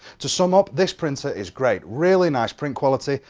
to sum up, this printer is great. really nice print quality,